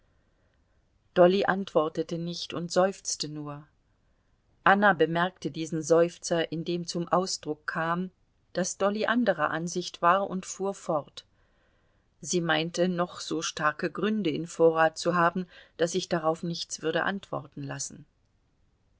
dolly antwortete nicht und seufzte nur anna bemerkte diesen seufzer in dem zum ausdruck kam daß dolly anderer ansicht war und fuhr fort sie meinte noch so starke gründe in vorrat zu haben daß sich darauf nichts würde antworten lassen